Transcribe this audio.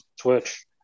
Twitch